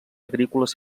agrícoles